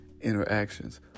interactions